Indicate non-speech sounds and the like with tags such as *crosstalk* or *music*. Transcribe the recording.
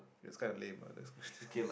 it's kind of lame ah *laughs*